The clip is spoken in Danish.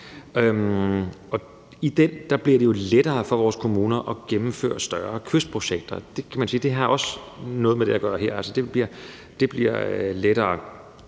I den bliver det jo lettere for vores kommuner at gennemføre større kystprojekter, og det kan man sige også har noget med det her at gøre. Det bliver altså